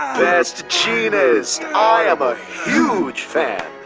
best jeanist! i am a huge fan!